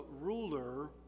ruler